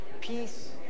Peace